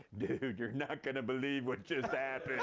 dude, you're not going to believe what just and